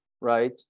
right